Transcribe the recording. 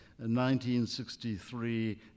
1963